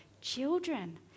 Children